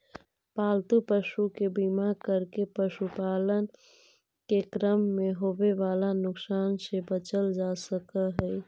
पालतू पशु के बीमा करके पशुपालन के क्रम में होवे वाला नुकसान से बचल जा सकऽ हई